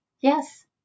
Yes